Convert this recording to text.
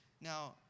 now